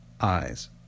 eyes